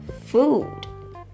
food